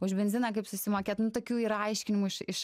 už benziną kaip susimokėt nu tokių yra aiškinimų iš iš